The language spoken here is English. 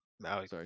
Sorry